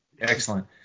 Excellent